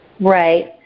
Right